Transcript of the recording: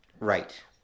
Right